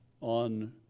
on